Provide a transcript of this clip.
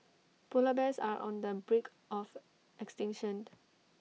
Polar Bears are on the brink of extinction